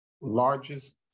largest